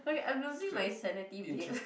okay I'm losing my sanity babe